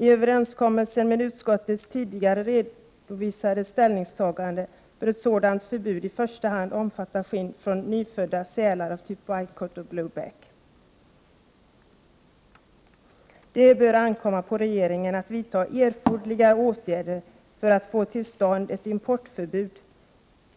I överensstämmelse med utskottets tidigare redovisade ställningstaganden bör ett sådant förbud i första hand omfatta skinn från nyfödda sälar av typ whitecoat och blueback. ——— Det bör ankomma på regeringen att vidta erforderliga åtgärder för att få till stånd ett importförbud